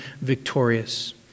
victorious